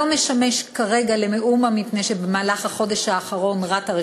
הוא לא משמש כרגע למאומה מפני שבמהלך החודש האחרון רת"א,